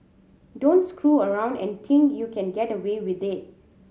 don't screw around and think you can get away with it